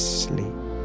sleep